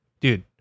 Dude